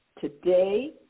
today